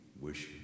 wish